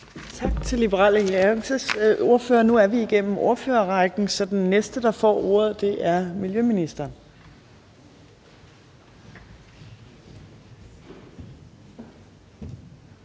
Tak til Liberal Alliances ordfører. Nu er vi igennem ordførerrækken, og så er den næste, der får ordet, miljøministeren.